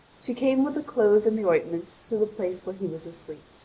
she came with the clothes and the ointment to the place where he was asleep.